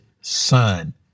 son